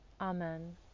Amen